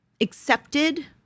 accepted